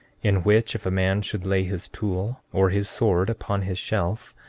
in which, if a man should lay his tool or his sword upon his shelf,